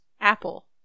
Apple